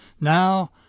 Now